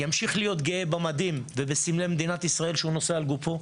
ימשיך להיות גאה במדים ובסמלי מדינת ישראל שהוא נושא על גופו,